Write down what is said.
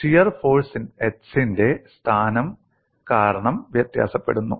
shear force x ന്റെ സ്ഥാനം കാരണം വ്യത്യാസപ്പെടുന്നു